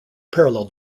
parallel